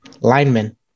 Linemen